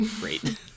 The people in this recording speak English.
great